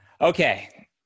Okay